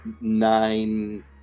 nine